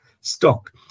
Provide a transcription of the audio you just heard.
stock